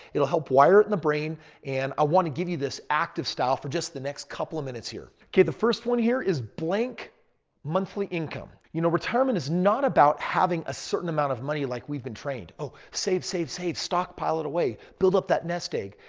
it'll help wire it in the brain and i want to give you this active style for just the next couple of minutes here. okay, the first one here is blank monthly income. you know retirement is not about having a certain amount of money like we've been trained. oh, save, save, save, stock pile it away. build up that nest egg.